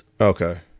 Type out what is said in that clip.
Okay